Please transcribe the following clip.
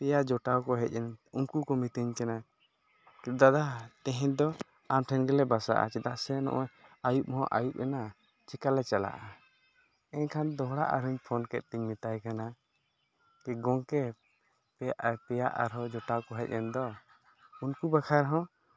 ᱯᱮᱭᱟ ᱡᱚᱴᱟᱣᱠᱚ ᱦᱮᱡᱮᱱ ᱩᱱᱠᱚᱠᱚ ᱢᱤᱛᱟᱹᱧ ᱠᱟᱱᱟ ᱫᱟᱫᱟ ᱛᱮᱦᱮᱧ ᱫᱚ ᱟᱢ ᱴᱷᱮᱱᱞᱮ ᱵᱟᱥᱟᱜᱼᱟ ᱪᱮᱫᱟᱜ ᱥᱮ ᱱᱚᱜᱼᱚᱸᱭ ᱟᱹᱭᱩᱵᱦᱚᱸ ᱟᱹᱭᱩᱵᱮᱱᱟ ᱪᱮᱠᱟᱞᱮ ᱪᱟᱞᱟᱜᱼᱟ ᱮᱱᱠᱷᱟᱟᱱ ᱫᱚᱦᱲᱟ ᱟᱨᱦᱚᱸᱧ ᱯᱷᱳᱱ ᱠᱮᱫᱛᱮᱧ ᱢᱮᱛᱟᱭ ᱠᱟᱱᱟ ᱜᱚᱢᱠᱮ ᱟᱯᱮ ᱟᱨᱦᱚᱸ ᱯᱮᱭᱟ ᱡᱚᱴᱟᱣᱠᱚ ᱦᱮᱡᱮᱱ ᱫᱚ ᱩᱱᱠᱚ ᱵᱟᱠᱷᱨᱟ ᱦᱚᱸ